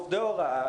עובדי הוראה,